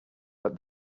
but